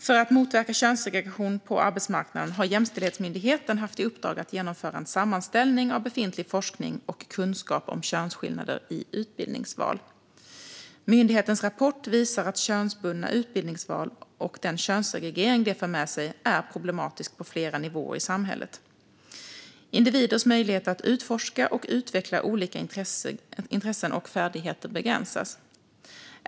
För att motverka könssegregation på arbetsmarknaden har Jämställdhetsmyndigheten haft i uppdrag att genomföra en sammanställning av befintlig forskning och kunskap om könsskillnader i utbildningsval. Myndighetens rapport visar att könsbundna utbildningsval och den könssegregering det för med sig är problematisk på flera nivåer i samhället. Individers möjligheter att utforska och utveckla olika intressen och färdigheter begränsas.